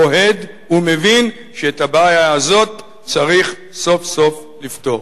אוהד ומבין שאת הבעיה הזאת צריך סוף-סוף לפתור.